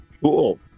Cool